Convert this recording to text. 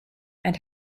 and